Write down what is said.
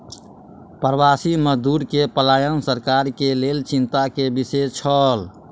प्रवासी मजदूर के पलायन सरकार के लेल चिंता के विषय छल